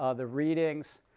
ah the readings,